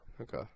Okay